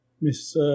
Miss